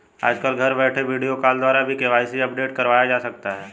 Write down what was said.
आजकल घर बैठे वीडियो कॉल द्वारा भी के.वाई.सी अपडेट करवाया जा सकता है